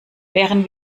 wären